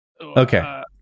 okay